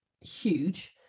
huge